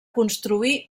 construir